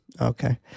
okay